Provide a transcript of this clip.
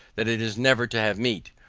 that it is never to have meat,